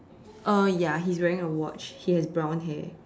uh ya he's wearing a watch he has brown hair